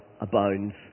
abounds